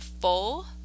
full